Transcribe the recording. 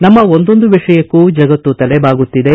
ನಮ್ಮ ಒಂದೊಂದು ವಿಷಯಕ್ಕೂ ಜಗತ್ತು ತಲೆಬಾಗುತ್ತಿದೆ